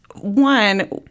one